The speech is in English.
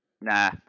Nah